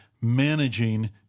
managing